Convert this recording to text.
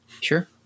Sure